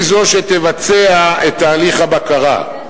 היא זו שתבצע את תהליך הבקרה.